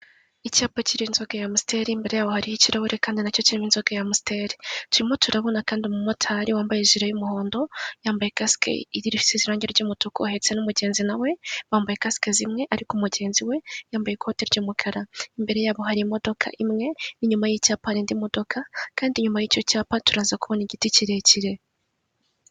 Icyapa kiriho inzoga ya Amusiteri, imbere yaho hariho ikirahuri kandi na cyo kirimo inzoga ya Amusiteri, turimo turabona kandi umumotari wambaye ijire y'umuhondo, yambaye kasiki isize irangi ry'umutuku, ahetse n'umugenzi na we bambaye kasike zimwe ariko umugenzi we yambaye ikote ry'umukara, imbere yabo hari imodoka imwe, n'inyuma y'icyapa hari imodokadoka, kandi inyuma y'icyo cyapa turaza kubona igiti kirekire.